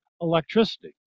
electricity